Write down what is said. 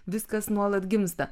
viskas nuolat gimsta